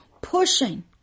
pushing